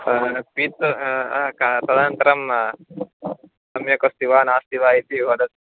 पीत्वा क तदनन्तरं सम्यक् अस्ति वा नास्ति वा इति वदतु